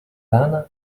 rana